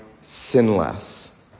sinless